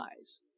eyes